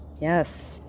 Yes